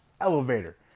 elevator